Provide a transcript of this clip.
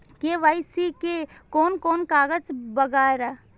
KYC में कोन कोन कागज वगैरा?